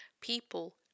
people